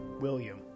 William